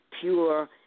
pure